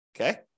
Okay